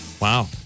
Wow